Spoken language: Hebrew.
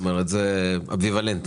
זה אמביוולנטי.